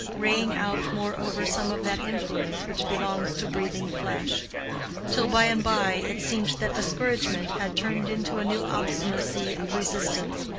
raying out, moreover, some of that influence which belongs to breathing flesh till by-and-by it seemed that discouragement had turned into a new obstinacy of resistance,